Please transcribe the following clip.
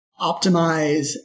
optimize